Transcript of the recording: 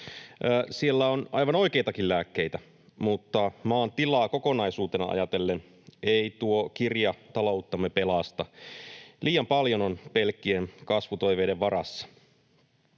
Siellä on aivan oikeitakin lääkkeitä, mutta maan tilaa kokonaisuutena ajatellen ei tuo kirja talouttamme pelasta. Liian paljon on pelkkien kasvutoiveiden varassa.